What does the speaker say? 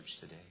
today